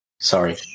Sorry